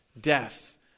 death